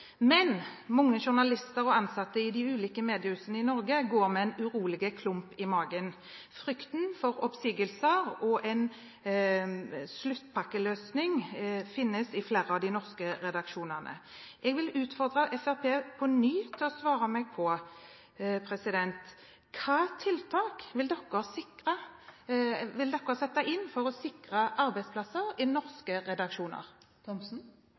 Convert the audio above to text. Men mange journalister og ansatte i de ulike mediehusene i Norge går med en urolig klump i magen. Frykten for oppsigelser og en sluttpakkeløsning finnes i flere av de norske redaksjonene. Jeg vil på ny utfordre Fremskrittspartiet til å svare meg på hvilke tiltak de vil sette inn for å sikre arbeidsplasser i norske redaksjoner.